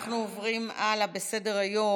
אנחנו עוברים הלאה בסדר-היום.